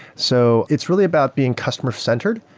so it's really about being customer-centered.